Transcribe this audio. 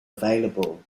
available